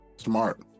Smart